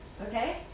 okay